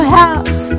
house